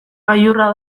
gailurra